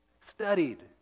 Studied